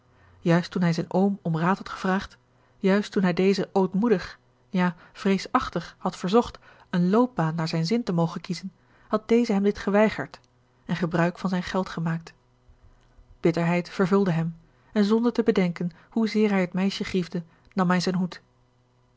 juist toen hij zijn oom om raad had gevraagd juist toen hij dezen ootmoedig ja vreesachtig had verzocht een loopbaan naar zijn zin te mogen kiezen had deze hem dit geweigerd en gebruik van zijn geld gemaakt bitterheid vervulde hem en zonder te bedenken hoe zeer hij het meisje griefde nam hij zijn hoed